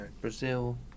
Brazil